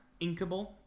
Inkable